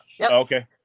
Okay